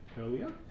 earlier